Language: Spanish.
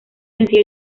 sencillo